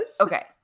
Okay